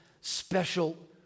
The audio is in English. special